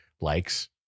likes